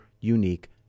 unique